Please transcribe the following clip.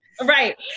right